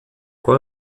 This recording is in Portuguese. qual